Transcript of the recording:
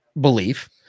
belief